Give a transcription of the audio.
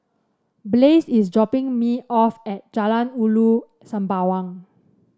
Blaze is dropping me off at Jalan Ulu Sembawang